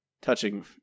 touching